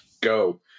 go